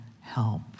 help